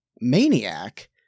maniac